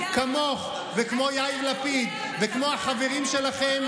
כמוך וכמו יאיר לפיד וכמו החברים שלכם,